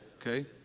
Okay